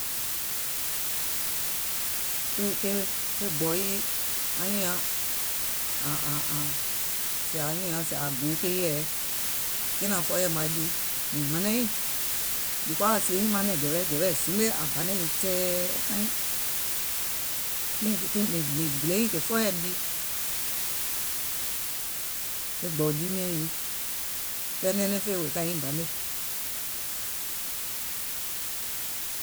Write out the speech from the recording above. Ke ke gbɔ̀u yii anyùùŋ nyaŋ àŋ àŋ àŋ sèè anyùùŋ nyaŋ sèè àŋ gbiɛŋ ke yɛ̀ɛ̀ɛ, kiŋ nàŋ fɔɔyɛ̀ìm wa jii, mìŋ mànàŋ nyiìŋ, because àŋ sìè nyiìŋ manɛ̀ŋ gɛ̀wɛgɛ̀wɛɛ̀ zimgbe, àŋ banàŋ nyiìŋ tɛ̀ɛ̀ kaiŋ. Mìŋ gbìlè nyiìŋ kè fɔɔìm jii. Ke gbɔ̀ù jii miɛ̀ŋ yii, kɛɛ nɛɛnɛŋ fè wèè ka nyiŋ banè.